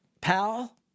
pal